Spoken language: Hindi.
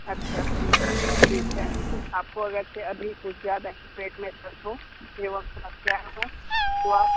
अच्छा ठीक है आपको अगर से अभी कुछ ज़्यादा ही पेट में दर्द हो एवम समस्याएँ हो तो आप